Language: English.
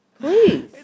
Please